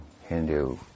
Hindu